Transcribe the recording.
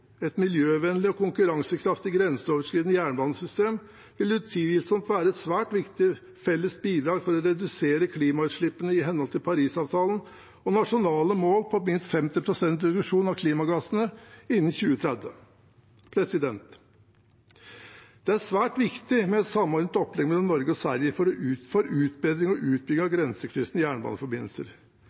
Et miljøvennlig og konkurransekraftig grenseoverskridende jernbanesystem vil utvilsomt være et svært viktig felles bidrag for å redusere klimautslippene i henhold til Paris-avtalen og nasjonale mål på minst 50 pst. reduksjon av klimagassutslippene innen 2030. Det er svært viktig med et samordnet opplegg mellom Norge og Sverige for utbedring og utbygging av grensekryssende jernbaneforbindelser.